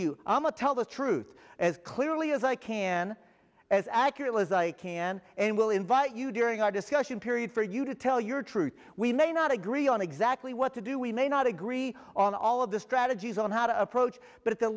you tell the truth as clearly as i can as accurately as i can and will invite you during our discussion period for you to tell your truth we may not agree on exactly what to do we may not agree on all of the strategies on how to approach but at the